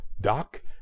Doc